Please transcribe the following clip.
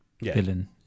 villain